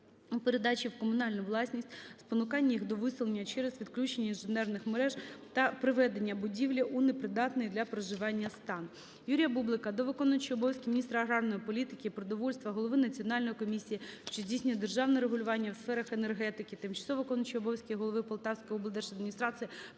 передачі в комунальну власність, спонукання їх до виселення через відключення інженерних мереж та приведення будівлі у непридатний для проживання стан. Юрія Бублика до виконуючого обов’язки міністра аграрної політики і продовольства, голови Національної комісії, що здійснює державне регулювання у сферах енергетики, тимчасово виконуючого обов'язки голови Полтавської облдержадміністрації